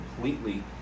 completely